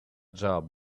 job